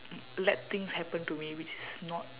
let things happen to me which is not